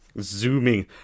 zooming